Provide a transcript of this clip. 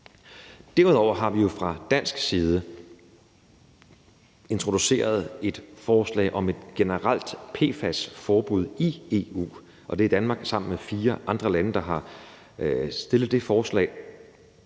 Derudover har vi jo fra dansk side introduceret et forslag om et generelt PFAS-forbud i EU. Det er Danmark sammen med fire andre lande, der har stillet det forslag,